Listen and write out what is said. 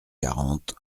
quarante